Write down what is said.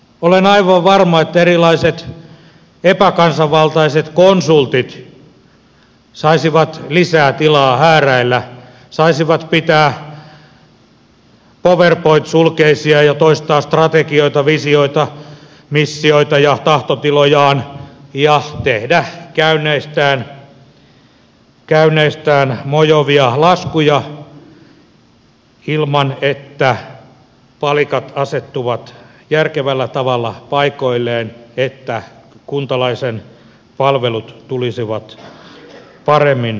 olen aivan varma että erilaiset epäkansanvaltaiset konsultit saisivat lisää tilaa hääräillä saisivat pitää powerpoint sulkeisia ja toistaa strategioita visioita missioita ja tahtotilojaan ja tehdä käynneistään mojovia laskuja ilman että palikat asettuvat järkevällä tavalla paikoilleen että kuntalaisen palvelut tulisivat paremmin hoidetuksi